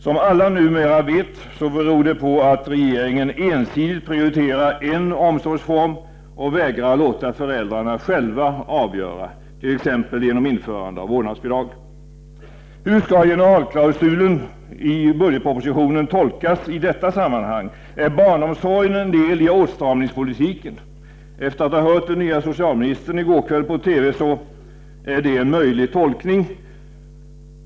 Som alla numera vet, beror det på att regeringen ensidigt prioriterar en omsorgsform och vägrar låta föräldrarna själva avgöra, vilket skulle kunna ske t.ex. genom införande av vårdnadsbidrag. Hur skall generalklausulen i budgetpropositionen tolkas i detta sammanhang? Är barnomsorgen en del i åtstramningspolitiken? Efter att ha hört den nya socialministern i går kväll i TV, kan jag konstatera att det är en möjlig tolkning.